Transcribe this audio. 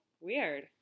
Weird